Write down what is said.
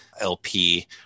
LP